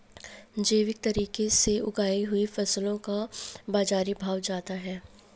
जैविक तरीके से उगाई हुई फसलों का बाज़ारी भाव ज़्यादा है